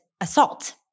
assault